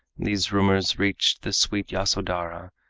these rumors reached the sweet yasodhara,